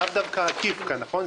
לאו דווקא עקיף כאן, נכון?